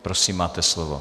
Prosím, máte slovo.